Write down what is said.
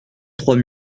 trois